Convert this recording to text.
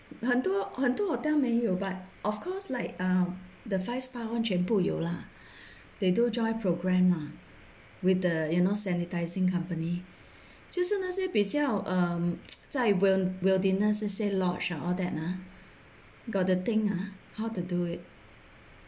很多很多 hotel 没有 but of course like um the five stars one 全部有 lah they do joint program lah with the you know sanitising company 就是那些比较 um 在 wild~ wilderness 这些 lodge and all that uh got the thing ah how to do it